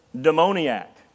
demoniac